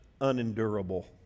unendurable